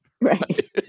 right